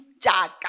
Jaga